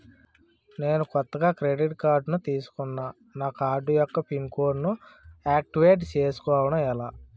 నేను కొత్తగా credit card తిస్కున్నా నా కార్డ్ యెక్క పిన్ కోడ్ ను ఆక్టివేట్ చేసుకోవటం ఎలా?